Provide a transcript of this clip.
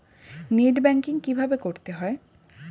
Net banking কীভাবে করতে হয়?